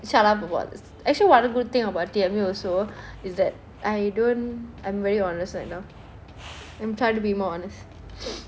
shut up about this actually one of the good thing about T_M_U also is that I don't I'm very honest right now I'm trying to be more honest